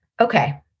Okay